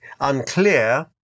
unclear